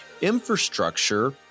infrastructure